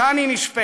כאן היא נשפטת,